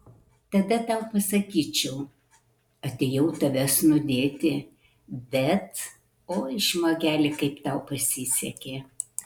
tada tau pasakyčiau atėjau tavęs nudėti bet oi žmogeli kaip tau pasisekė